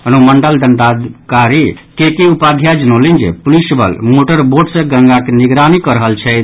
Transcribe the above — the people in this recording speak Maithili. अनुमंडल पदाधिकारी के के उपाध्याय जनौलनि जे पुलिस बल मोटर वोट सँ गंगाक निगरानी कऽ रहल छथि